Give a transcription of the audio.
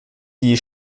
die